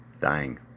Dying